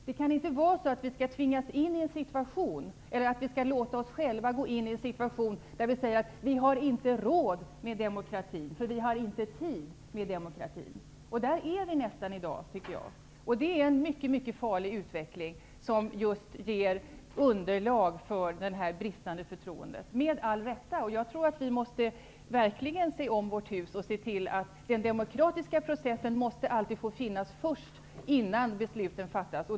Det kan inte vara så att vi skall tvingas in i en situation, eller låta oss själva gå in i en situation, där vi säger att vi inte har råd med demokrati, att vi inte har tid med demokrati. Där är vi nästan i dag, tycker jag. Det är en mycket farlig utveckling, som just ger underlag för det här bristande förtroendet, med all rätt. Jag tror att vi verkligen måste se om vårt hus och se till att den demokratiska processen alltid får finnas först, innan besluten fattas.